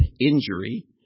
injury